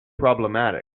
problematic